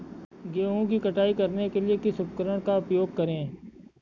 गेहूँ की कटाई करने के लिए किस उपकरण का उपयोग करें?